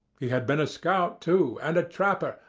he had been a scout too, and a trapper,